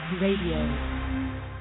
radio